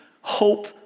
hope